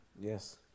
Yes